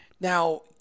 Now